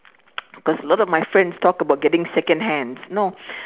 cause a lot of my friends talk about getting second hands no